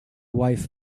wife